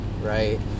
right